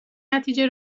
نتیجه